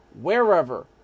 wherever